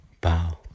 bow